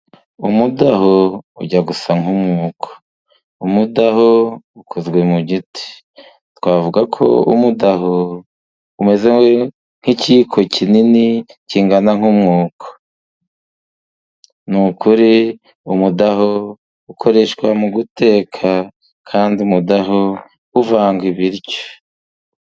Umudaho ujya gusa nk'umwuko. umudaho ukozwe mu giti. Twavuga ko umudaho umeze nk'ikiyiko kinini kingana nk'umwuko. Ni ukuri umudaho ukoreshwa mu guteka, kandi umudaho uvanga ibiryo.